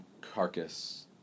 carcass